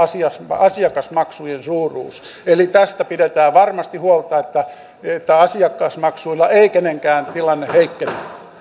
asiakasmaksujen suuruus eli tästä pidetään varmasti huolta että asiakasmaksuilla ei kenenkään tilanne heikkene